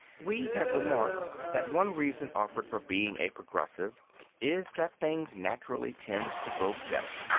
we have remarked that one reason offered for being a progressive is that things naturally tend to grow better.